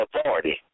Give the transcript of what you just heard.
authority